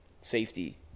safety